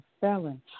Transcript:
felon